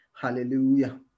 Hallelujah